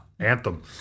Anthem